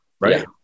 Right